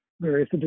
various